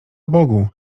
bogu